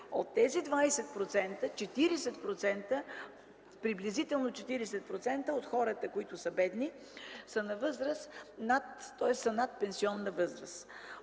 От тези 20%, приблизително 40% от хората, които са бедни, са над пенсионна възраст.